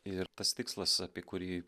ir tas tikslas apie kurį